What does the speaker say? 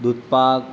દૂધપાક